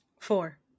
Four